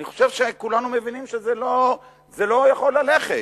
אני חושב שכולנו מבינים שזה לא יכול ללכת.